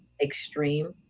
extreme